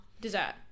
dessert